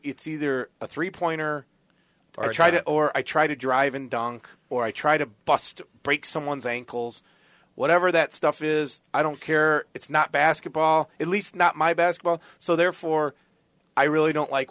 it's either a three pointer or try to or i try to drive in dunk or i try to bust break someone's ankles whatever that stuff is i don't care it's not basketball at least not my best ball so therefore i really don't like